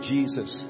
Jesus